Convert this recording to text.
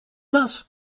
nas